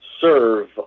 serve